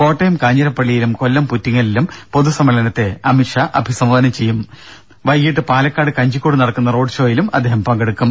കോട്ടയം കാഞ്ഞിരപ്പള്ളിയിലും കൊല്ലം പുറ്റിങ്ങലിലും പൊതുസമ്മേളനത്തെ അഭിസംബോധന ചെയ്യുന്ന അദ്ദേഹം വൈകീട്ട് പാലക്കാട് കഞ്ചിക്കോട് നടക്കുന്ന റോഡ് ഷോയിലും പങ്കെടുക്കും